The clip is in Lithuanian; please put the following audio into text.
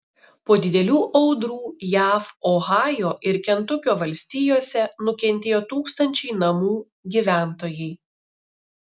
po didelių audrų jav ohajo ir kentukio valstijose nukentėjo tūkstančiai namų gyventojai